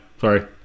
Sorry